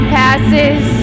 passes